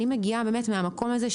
אני מגיעה מהמקום הזה,